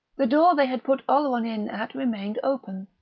the door they had put oleron in at remained open,